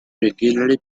regularly